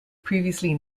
previously